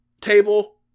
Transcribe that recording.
table